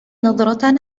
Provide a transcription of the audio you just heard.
نظرة